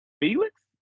Felix